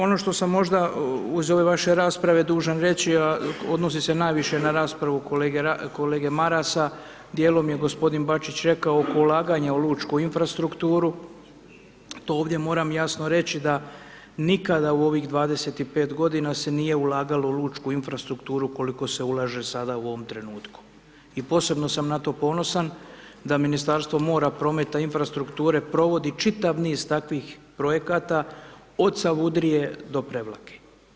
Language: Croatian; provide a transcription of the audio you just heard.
Ono što sam možda uz ove vaše rasprave dužan reći, a odnosi se najviše na raspravu kolege Marasa, dijelom je g. Bačić rekao oko ulaganja u lučku infrastrukturu, to ovdje moram jasno reći da nikada u ovih 25 godina se nije ulagalo u lučku infrastrukturu koliko se ulaže sada u ovom trenutku i posebno sam na to ponosan da Ministarstvo mora, prometa i infrastrukture provodi čitav niz takvih projekata, od Savudrije do Prevlake.